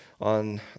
on